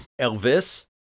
Elvis